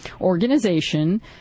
organization